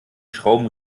schrauben